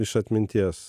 iš atminties